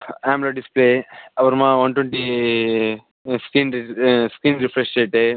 ஹேம்ரா display அப்புறமா one twenty screen screen refresh rate